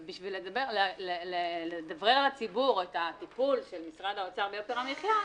ובשביל לדברר לציבור את הטיפול של משרד האוצר ביוקר המחיה,